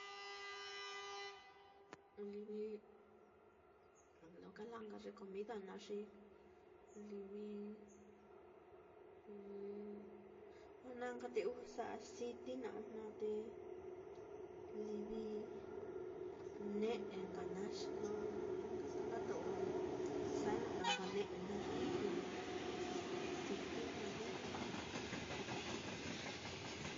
Livi lo kala'a nka ye comida naá, xi livi ojna nka te usa aciti naá, ojna te livi ne'e nka naá xi lo ja'a nka taka to'o á lo sano ka nka ne'e naá, ye kuu aciti nka á vijna á nda ja'ai.